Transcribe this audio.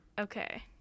Okay